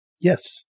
Yes